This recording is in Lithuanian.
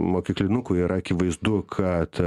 mokyklinukui yra akivaizdu kad